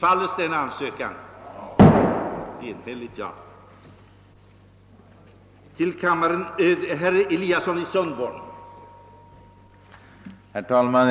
Herr talman!